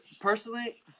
personally